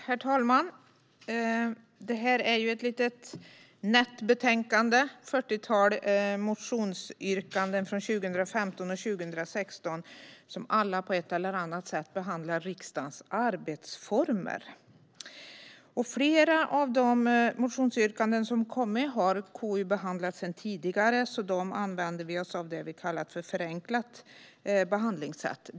Herr talman! Det är ett litet nätt betänkande med ett fyrtiotal motionsyrkanden från 2015 och 2016 som alla på ett eller annat sätt behandlar riksdagens arbetsformer. Flera av motionsyrkandena har KU behandlat tidigare, och där använder vi oss av så kallat förenklat arbetssätt.